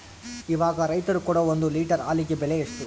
ಇವಾಗ ರೈತರು ಕೊಡೊ ಒಂದು ಲೇಟರ್ ಹಾಲಿಗೆ ಬೆಲೆ ಎಷ್ಟು?